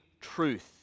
truth